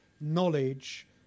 knowledge